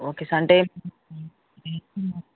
okay అంటే